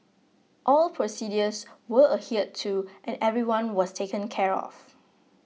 all procedures were adhered to and everyone was taken care of